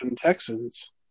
Texans